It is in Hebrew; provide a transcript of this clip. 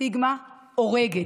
הסטיגמה הורגת,